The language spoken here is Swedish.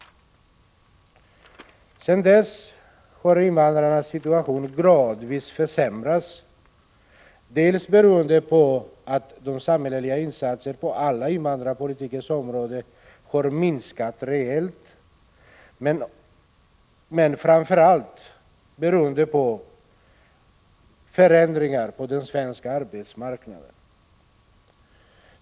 Sedan dess har invandrarnas situation gradvis försämrats, dels beroende på att de samhälleliga insatserna på alla invandrarpolitiska områden minskat reellt men framför allt beroende på förändringar på den svenska arbetsmarknaden.